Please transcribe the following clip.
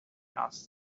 asked